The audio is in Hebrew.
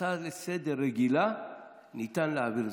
הצעה דחופה לסדר-היום לא ניתן להעביר,